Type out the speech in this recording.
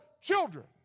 children